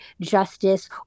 justice